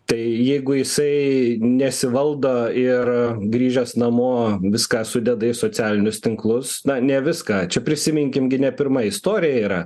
tai jeigu jisai nesivaldo ir grįžęs namo viską sudeda į socialinius tinklus na ne viską čia prisiminkim gi ne pirma istorija yra